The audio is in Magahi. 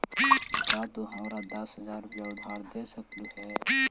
का तू हमारा दस हज़ार रूपए उधार दे सकलू हे?